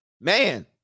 Man